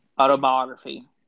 autobiography